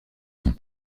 son